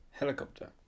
Helicopter